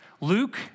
Luke